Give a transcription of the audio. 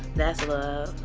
that's love.